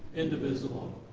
indivisible,